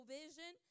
vision